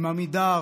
עם עמידר,